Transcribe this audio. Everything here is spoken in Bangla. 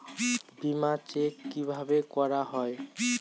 বিমা চেক কিভাবে করা হয়?